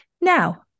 Now